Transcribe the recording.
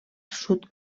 sud